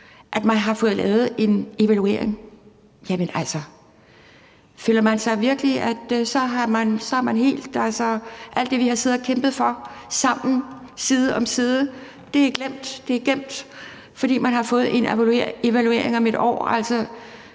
at man har fået lavet en evaluering. Jamen altså, er det så sådan, at alt det, vi har kæmpet for sammen side om side, er glemt og gemt, fordi man har fået en evaluering om 1 år?